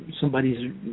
somebody's